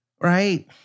right